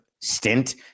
stint